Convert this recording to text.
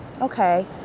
okay